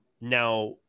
Now